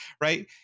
right